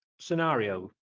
scenario